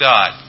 God